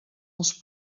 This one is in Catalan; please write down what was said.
els